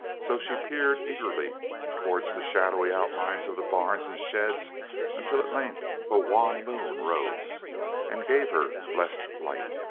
so she peered eagerly towards the shadowy outlines of the barns and sheds until at length a wan moon rose and gave her blessed light.